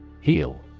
Heal